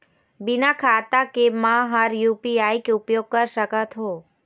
बिना खाता के म हर यू.पी.आई के उपयोग कर सकत हो?